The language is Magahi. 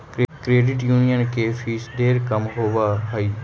क्रेडिट यूनियन के फीस ढेर कम होब हई